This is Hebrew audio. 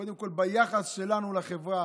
קודם כול ביחס שלנו לחברה,